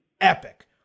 epic